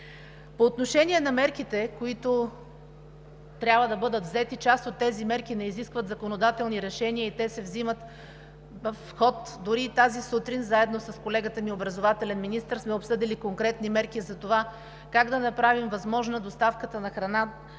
По отношение на мерките, които трябва да бъдат взети, част от тези мерки не изискват законодателни решения. Те се вземат в ход и дори тази сутрин заедно с колегата ни – образователния министър, сме обсъдили конкретни мерки за това как да направим възможна доставката на храна